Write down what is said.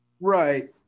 Right